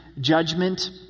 judgment